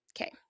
Okay